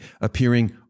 appearing